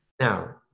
Now